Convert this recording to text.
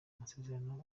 masezerano